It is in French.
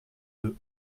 deux